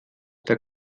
der